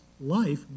life